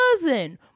cousin